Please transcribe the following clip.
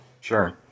Sure